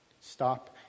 Stop